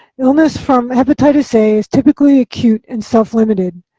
illness from hepatitis a is typically acute and self-limited.